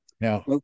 Now